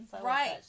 right